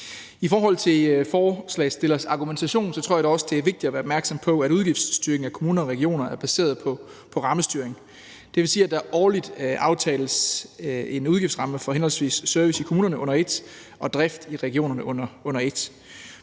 I forhold til forslagsstillernes argumentation tror jeg da også, det er vigtigt at være opmærksom på, at udgiftsstyringen af kommuner og regioner er baseret på rammestyring. Det vil sige, at der årligt aftales en udgiftsramme for henholdsvis service i kommunerne under et og drift i regionerne under et.